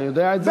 אתה יודע את זה?